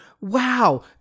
wow